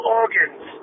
organs